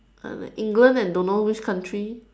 and the England and don't know which country